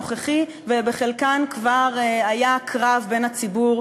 לנבחרי הציבור,